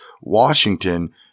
Washington